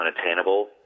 unattainable